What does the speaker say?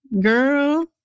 Girl